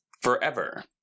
forever